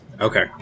Okay